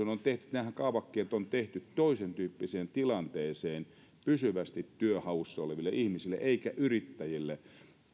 nämä kaavakkeethan on tehty toisentyyppiseen tilanteeseen pysyvästi työnhaussa oleville ihmisille eikä yrittäjille